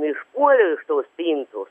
išpuoliau iš tos spintos